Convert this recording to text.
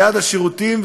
ליד השירותים,